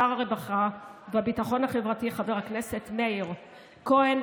שר הרווחה והביטחון החברתי חבר הכנסת מאיר כהן,